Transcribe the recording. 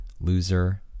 Loser